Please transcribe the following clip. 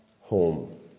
home